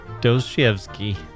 Dostoevsky